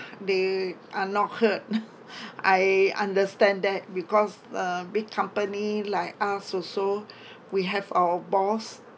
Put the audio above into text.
they are not hurt I understand that because a big company like us also we have our boss